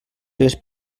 seves